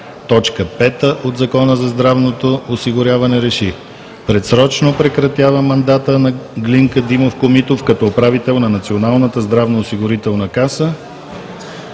4, т. 5 от Закона за здравното осигуряване РЕШИ: Предсрочно прекратява мандата на Глинка Димов Комитов като управител на Националната здравноосигурителна каса.“